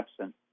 absent